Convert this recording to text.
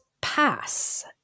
pass